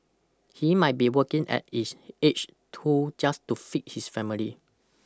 he might be working at his age too just to feed his family